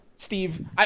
Steve